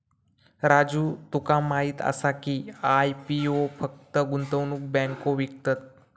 राजू तुका माहीत आसा की, आय.पी.ओ फक्त गुंतवणूक बँको विकतत?